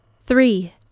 Three